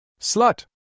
slut